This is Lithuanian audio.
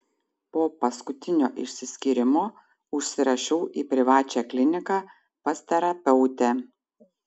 po paskutinio išsiskyrimo užsirašiau į privačią kliniką pas terapeutę